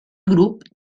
grup